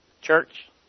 church